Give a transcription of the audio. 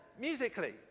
musically